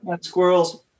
squirrels